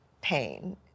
pain